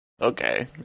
okay